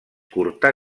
curta